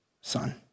son